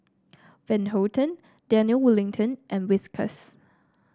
Van Houten Daniel Wellington and Whiskas